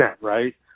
right